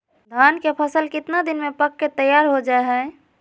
धान के फसल कितना दिन में पक के तैयार हो जा हाय?